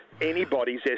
anybody's